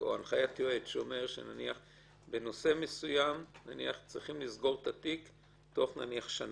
או הנחיית יועץ שאומרים שבנושא מסוים צריך לסגור את התיק בתוך שנה,